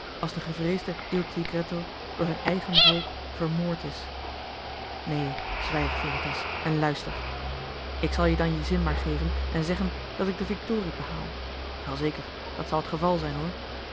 als de gevreesde il tigretto door zijn eigen volk vermoord is neen zwijg veritas en luister ik zal je dan je zin maar geven en zeggen dat ik de victorie behaal wel zeker dat zal t geval zijn hoor